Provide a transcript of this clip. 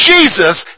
Jesus